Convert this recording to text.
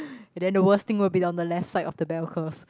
and then the worst thing would be on the left side of the bell curve